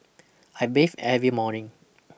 I bathe every morning